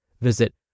Visit